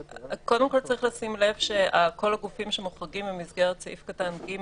צריך לשים לב שכל הגופים שמוחרגים במסגרת סעיף קטן (ג),